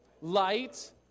Light